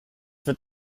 wird